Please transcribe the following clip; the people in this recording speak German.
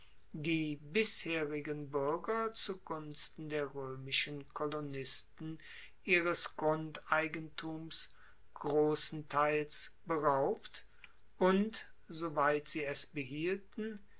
die bisherigen buerger zu gunsten der roemischen kolonisten ihres grundeigentums grossenteils beraubt und soweit sie es behielten